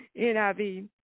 NIV